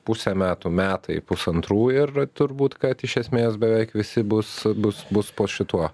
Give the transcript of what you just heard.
pusę metų metai pusantrų ir turbūt kad iš esmės beveik visi bus bus bus po šituo